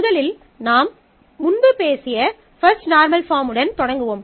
முதலில் நாம் முன்பு பேசிய பஃஸ்ட் நார்மல் பாஃர்ம்முடன் தொடங்குவோம்